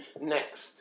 Next